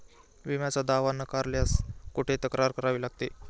विम्याचा दावा नाकारल्यास कुठे तक्रार करावी लागते?